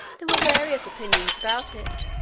there were various opinions about it.